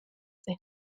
zen